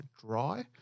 dry